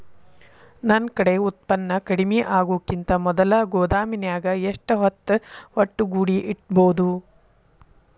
ನನ್ ಕಡೆ ಉತ್ಪನ್ನ ಕಡಿಮಿ ಆಗುಕಿಂತ ಮೊದಲ ಗೋದಾಮಿನ್ಯಾಗ ಎಷ್ಟ ಹೊತ್ತ ಒಟ್ಟುಗೂಡಿ ಇಡ್ಬೋದು?